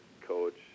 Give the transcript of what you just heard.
coach